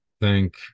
thank